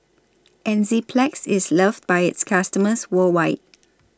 Enzyplex IS loved By its customers worldwide